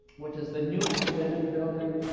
which is the new academic building,